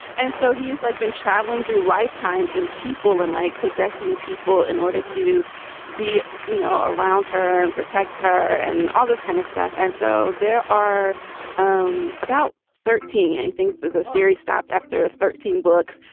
and so he's like been travelling through lifetimes and people and like possessing people in order to be, you know, around her and protect her and all this kind of stuff. and so there are um about thirteen i think that the series stopped after thirteen books.